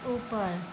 ऊपर